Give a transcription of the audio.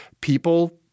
people –